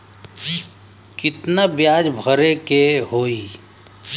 कितना ब्याज भरे के होई?